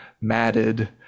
matted